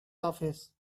office